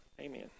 amen